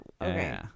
okay